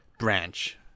branch